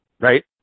right